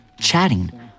chatting